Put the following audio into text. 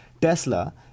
Tesla